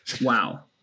Wow